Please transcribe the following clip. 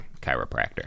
chiropractor